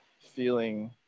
feeling